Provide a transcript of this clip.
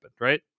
right